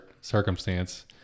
circumstance